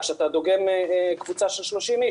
כשאתה דוגם קבוצה של 30 איש,